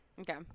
Okay